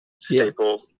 staple